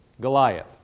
Goliath